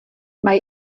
mae